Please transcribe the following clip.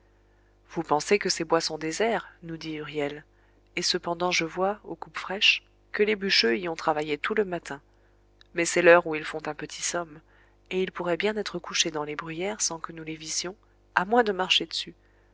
vous pensez que ces bois sont déserts nous dit huriel et cependant je vois aux coupes fraîches que les bûcheux y ont travaillé tout le matin mais c'est l'heure où ils font un petit somme et ils pourraient bien être couchés dans les bruyères sans que nous les vissions à moins de marcher dessus